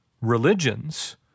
religions